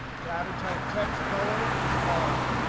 data type text color is fine.